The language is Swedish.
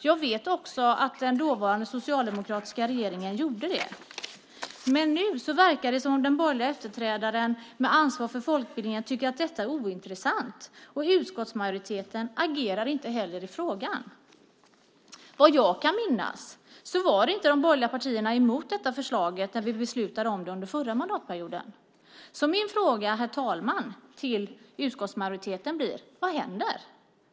Jag vet också att den socialdemokratiska regeringen gjorde det. Men nu verkar det som att den borgerliga efterträdaren med ansvar för folkbildningen tycker att detta är ointressant, och utskottsmajoriteten agerar inte heller i frågan. Vad jag kan minnas var inte de borgerliga partierna emot detta förslag när vi beslutade om det under förra mandatperioden. Så min fråga, herr talman, till utskottsmajoriteten blir: Vad händer?